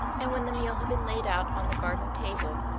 and when the meal had been laid out on the garden table,